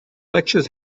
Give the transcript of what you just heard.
lectures